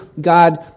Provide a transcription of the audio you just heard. God